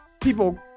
people